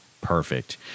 perfect